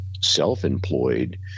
self-employed